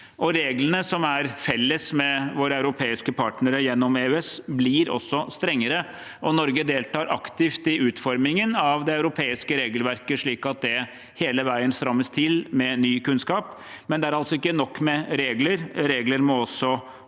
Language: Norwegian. reglene som er felles med våre europeiske partnere gjennom EØS, blir også strengere. Norge deltar aktivt i utformingen av det europeiske regelverket, slik at det hele veien strammes til med ny kunnskap. Men det er altså ikke nok med regler, regler må også